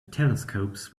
telescopes